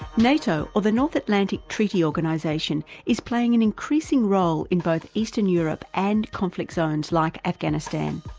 nato, or the north atlantic treaty organisation is playing an increasing role in both eastern europe and conflict zones like afghanistan.